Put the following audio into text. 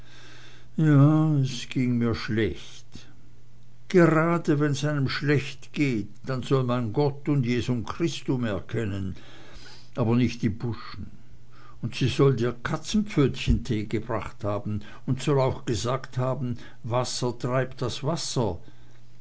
ja es ging mir schlecht gerade wenn's einem schlecht geht dann soll man gott und jesum christum erkennen lernen aber nicht die buschen und sie soll dir katzenpfötchentee gebracht haben und soll auch gesagt haben wasser treibt das wasser